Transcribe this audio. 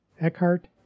Eckhart